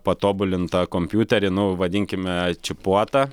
patobulintą kompiuterį nu vadinkime čipuotą